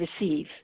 receive